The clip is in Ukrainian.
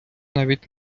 навіть